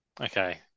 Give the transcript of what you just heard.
Okay